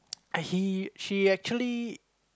I he she actually